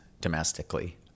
domestically